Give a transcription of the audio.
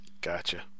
gotcha